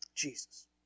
Jesus